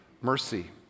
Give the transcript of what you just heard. mercy